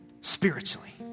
spiritually